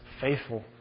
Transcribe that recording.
faithful